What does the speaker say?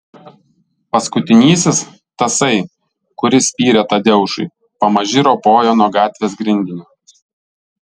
paskutinysis tasai kuris spyrė tadeušui pamaži ropojo nuo gatvės grindinio